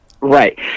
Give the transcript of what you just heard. right